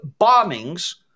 bombings